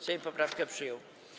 Sejm poprawkę przyjął.